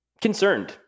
concerned